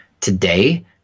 today